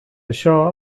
això